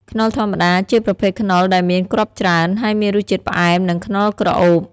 ខ្នុរធម្មតា ជាប្រភេទខ្នុរដែលមានគ្រាប់ច្រើន ហើយមានរសជាតិផ្អែម និង ខ្នុរក្រអូប។